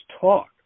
talk